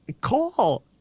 call